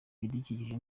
ibidukikije